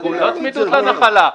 לא בצמידות לנחלה.